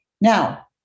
Now